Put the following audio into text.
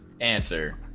answer